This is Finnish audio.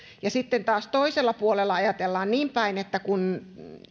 sitten taas toisella puolella ajatellaan niin päin että kun